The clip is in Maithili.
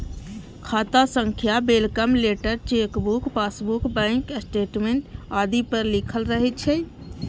खाता संख्या welcome letter, chequebook, passbook, bank statement आदि पर लिखल रहै छै